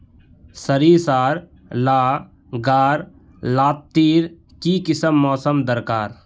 सरिसार ला गार लात्तिर की किसम मौसम दरकार?